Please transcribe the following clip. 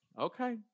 Okay